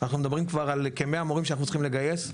אנחנו מדברים על כ-100 מורים שצריך לגייס.